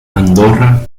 andorra